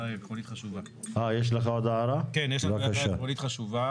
יש לנו עוד הערה עקרונית חשובה